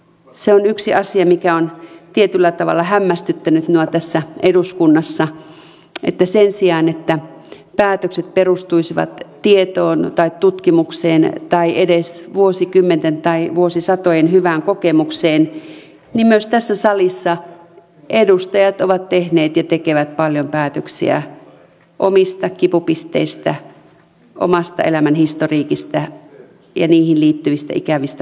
se on yksi asia mikä on tietyllä tavalla hämmästyttänyt minua tässä eduskunnassa että sen sijaan että päätökset perustuisivat tietoon tai tutkimukseen tai edes vuosikymmenten tai vuosisatojen hyvään kokemukseen myös tässä salissa edustajat ovat tehneet ja tekevät paljon päätöksiä omista kipupisteistään omasta elämän historiikistaan ja niihin liittyvistä ikävistä muistoista käsin